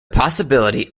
possibility